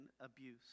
abuse